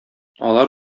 алар